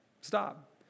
Stop